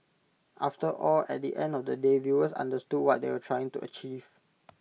after all at the end of the day viewers understood what they were trying to achieve